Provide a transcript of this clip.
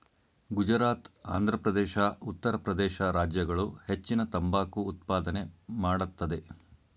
ಗುಜರಾತ್, ಆಂಧ್ರಪ್ರದೇಶ, ಉತ್ತರ ಪ್ರದೇಶ ರಾಜ್ಯಗಳು ಹೆಚ್ಚಿನ ತಂಬಾಕು ಉತ್ಪಾದನೆ ಮಾಡತ್ತದೆ